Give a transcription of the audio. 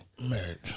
Marriage